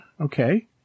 Okay